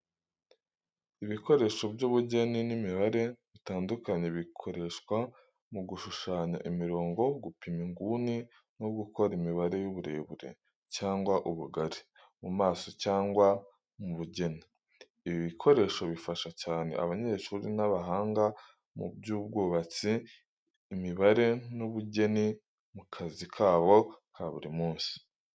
Ibikoresho by’ubugeni n’imibare bitandukanye bikoreshwa mu gushushanya imirongo, gupima inguni no gukora imibare y’uburebure cyangwa ubugari mu masomo cyangwa mu bugeni. Ibi bikoresho bifasha cyane abanyeshuri n’abahanga mu by’ubwubatsi, imibare n’ubugeni mu kazi kabo ka buri munsi.